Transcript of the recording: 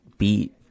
beat